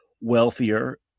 wealthier